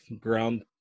ground